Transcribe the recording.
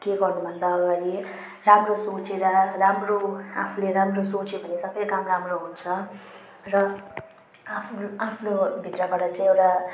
केही गर्नुभन्दा अगाडि राम्रो सोचेर राम्रो आफूले राम्रो सोचे भने सबै काम राम्रो हुन्छ र आफ्नो आफ्नो भित्रबाट चाहिँ एउटा